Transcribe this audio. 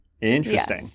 Interesting